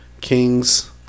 kings